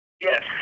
Yes